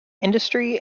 industry